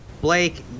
Blake